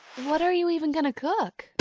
what are you even gonna cook?